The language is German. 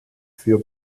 für